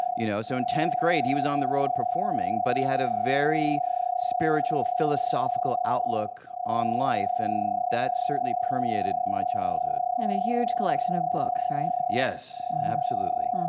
you know so in tenth grade, he was on the road performing, but he has a very spiritual, philosophical outlook on life. and that certainly permeated my childhood and a huge collection of books, right? yes. absolutely